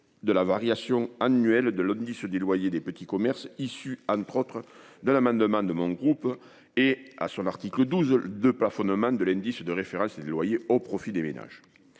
de la variation annuelle de l'indice des loyers des petits commerces, issu, entre autres, d'un amendement de mon groupe. L'article 12 prévoit, quant à lui, le plafonnement de l'indice de référence des loyers au profit des ménages.